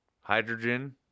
Hydrogen